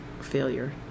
failure